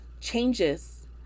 changes